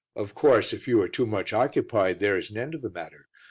of course, if you are too much occupied there is an end of the matter.